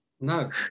No